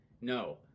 no